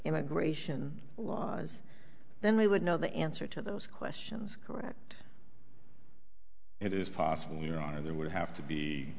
immigration laws then we would know the answer to those questions correct it is possible you know there would have to be